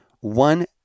one